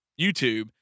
YouTube